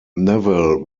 newell